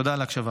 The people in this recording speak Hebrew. תודה על ההקשבה.